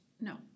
no